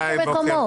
יש מקומות.